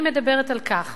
אני מדברת על כך